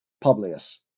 Publius